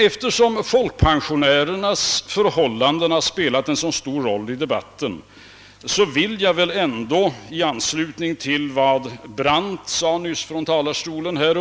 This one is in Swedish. Eftersom folkpensionärernas förhållanden har spelat så stor roll i debatten vill jag säga några ord därom i anslutning till vad herr Brandt nyss yttrade.